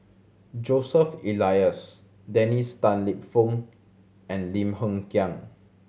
Joseph Elias Dennis Tan Lip Fong and Lim Hng Kiang